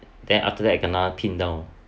then after that I kena pinned down